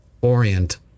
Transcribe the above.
orient